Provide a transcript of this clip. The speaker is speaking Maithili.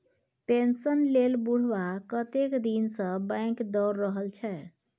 पेंशन लेल बुढ़बा कतेक दिनसँ बैंक दौर रहल छै